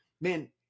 man